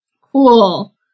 Cool